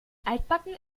altbacken